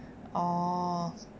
orh